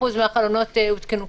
מהחלונות הותקנו.